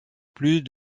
plus